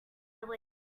relief